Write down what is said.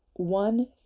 one